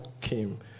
came